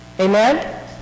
Amen